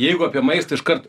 jeigu apie maistą iškart